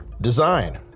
design